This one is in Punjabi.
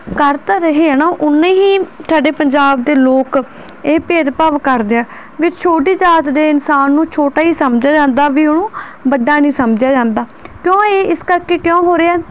ਕਰ ਤਾਂ ਰਹੇ ਆ ਨਾ ਓਨੇ ਹੀ ਸਾਡੇ ਪੰਜਾਬ ਦੇ ਲੋਕ ਇਹ ਭੇਦਭਾਵ ਕਰਦੇ ਆ ਵੀ ਛੋਟੀ ਜਾਤ ਦੇ ਇਨਸਾਨ ਨੂੰ ਛੋਟਾ ਹੀ ਸਮਝਿਆ ਜਾਂਦਾ ਵੀ ਉਹਨੂੰ ਵੱਡਾ ਨਹੀਂ ਸਮਝਿਆ ਜਾਂਦਾ ਕਿਉਂ ਇਹ ਇਸ ਕਰਕੇ ਕਿਉਂ ਹੋ ਰਿਹਾ